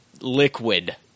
liquid